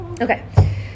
Okay